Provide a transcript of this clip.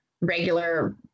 regular